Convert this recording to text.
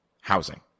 housing